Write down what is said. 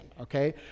okay